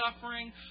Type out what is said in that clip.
suffering